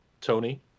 Tony